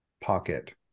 pocket